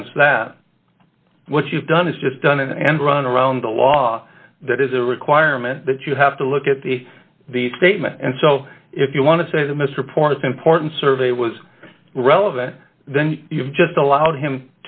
against that what you've done is just done an end run around the law that is a requirement that you have to look at the the statement and so if you want to say that misreports important survey was relevant then you've just allowed him